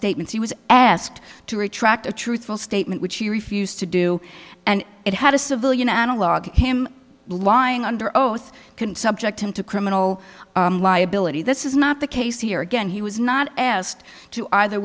statements he was asked to retract a truthful statement which he refused to do and it had a civilian analog him lying under oath can subject him to criminal liability this is not the case here again he was not asked to either